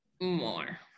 more